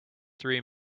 three